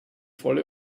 volle